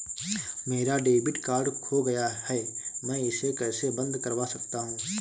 मेरा debit card खो गया है मैं इसे कैसे बंद करवा सकता हूँ?